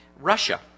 Russia